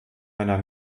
einer